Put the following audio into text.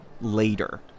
later